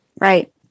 right